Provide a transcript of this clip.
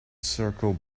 circle